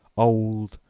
old,